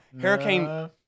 Hurricane